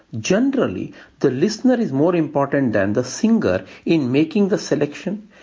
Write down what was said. generally the listener is more important than the singer in making the selection,